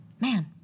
Man